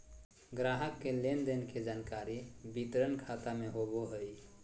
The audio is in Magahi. ग्राहक के लेन देन के जानकारी वितरण खाता में होबो हइ